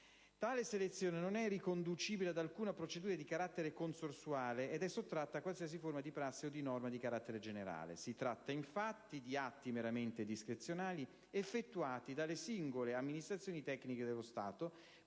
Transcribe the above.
Tale selezione non è riconducibile ad alcuna procedura di carattere concorsuale ed è sottratta a qualsiasi forma di prassi o di norma di carattere generale. Si tratta, infatti, di atti meramente discrezionali effettuati dalle singole amministrazioni tecniche dello Stato,